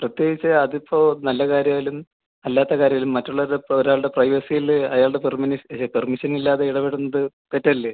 പ്രത്യേകിച്ച് അതിപ്പോൾ നല്ല കാര്യം ആയാലും അല്ലാത്ത കാര്യം ആയാലും മറ്റുള്ളവരുടെ ഇപ്പോൾ ഒരാളുടെ പ്രൈവസീല് അയാളുടെ പെർമിഷൻ ഇല്ലാതെ ഇടപെടുന്നത് തെറ്റല്ലേ